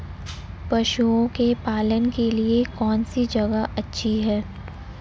पशुओं के पालन के लिए कौनसी जगह अच्छी है?